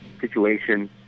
situation